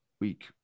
Week